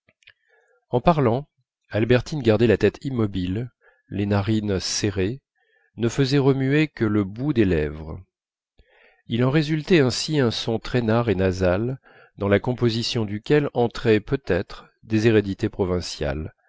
en parlant albertine gardait la tête immobile les narines serrées ne faisait remuer que le bout des lèvres il en résultait ainsi un son traînard et nasal dans la composition duquel entraient peut-être des hérédités provinciales